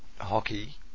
hockey